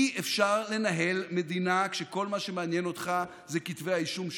אי-אפשר לנהל מדינה כשכל מה שמעניין אותך זה כתבי האישום שלך.